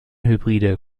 hybride